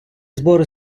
збору